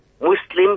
Muslim